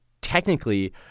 Technically